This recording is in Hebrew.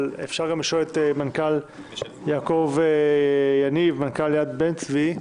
אפשר לשאול את יעקב יניב מנכ"ל יד בן-צבי.